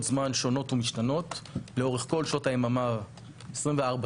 זמן שונות ומשתנות לאורך כל שעות היממה 24/7,